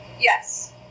Yes